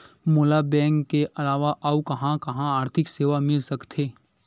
मोला बैंक के अलावा आऊ कहां कहा आर्थिक सेवा मिल सकथे?